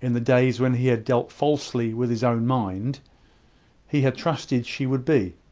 in the days when he had dealt falsely with his own mind he had trusted she would be.